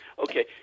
Okay